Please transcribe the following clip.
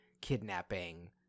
kidnapping